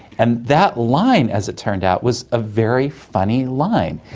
and that line, as it turned out, was a very funny line,